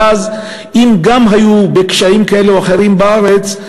ואז גם אם היו להם קשיים כאלה או אחרים בארץ,